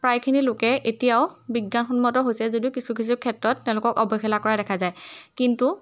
প্ৰায়খিনি লোকে এতিয়াও বিজ্ঞানসন্মত হৈছে যদিও কিছু কিছু ক্ষেত্ৰত তেওঁলোকক অৱহেলা কৰা দেখা যায় কিন্তু